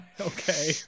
Okay